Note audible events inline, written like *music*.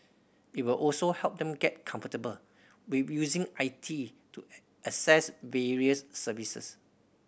it will also help them get comfortable with using I T to *hesitation* access various services